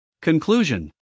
Conclusion